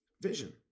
vision